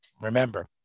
remember